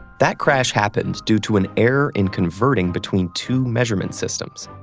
that crash happened due to an error in converting between two measurement systems,